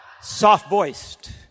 soft-voiced